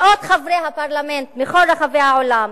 מאות חברי פרלמנט מכל רחבי העולם,